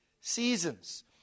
seasons